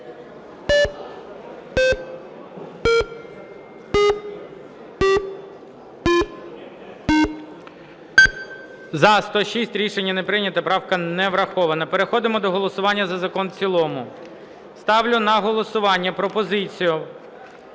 За-106 Рішення не прийнято. Правка не врахована. Переходимо до голосування за закон в цілому. Ставлю на голосування пропозицію